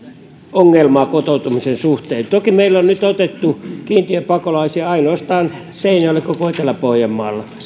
ongelmaa kotoutumisen suhteen toki meille on nyt otettu kiintiöpakolaisia ainoastaan seinäjoelle koko etelä pohjanmaalla